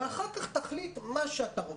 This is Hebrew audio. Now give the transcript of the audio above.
ואחר-כך תחליט מה שאתה רוצה.